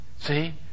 see